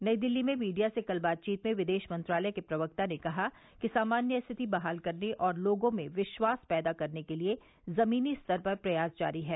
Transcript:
नई दिल्ली में मीडिया से कल बातचीत में विदेश मंत्रालय के प्रवक्ता ने कहा कि सामान्य स्थिति बहाल करने और लोगों में विश्वास पैदा करने के लिए जमीनी स्तर पर प्रयास जारी है